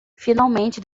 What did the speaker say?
finalmente